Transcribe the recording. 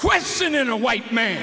question in a white man